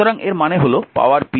সুতরাং এর মানে হল পাওয়ার p